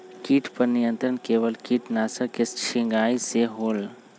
किट पर नियंत्रण केवल किटनाशक के छिंगहाई से होल?